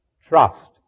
Trust